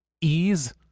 ease